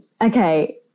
okay